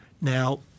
Now